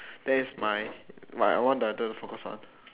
that's my what I want director to focus on